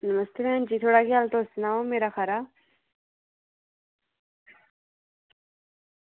नमस्ते भैन जी थुआढ़ा केह् हाल तुस सनाओ मेरा खरा